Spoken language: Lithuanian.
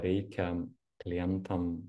reikia klientam